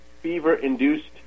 fever-induced